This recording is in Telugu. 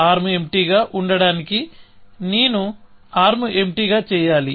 ఆర్మ్ ఎంప్టీ గా ఉండటానికి నేను ఆర్మ్ ఎంప్టీ గా చేయాలి